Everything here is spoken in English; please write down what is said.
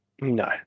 No